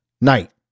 night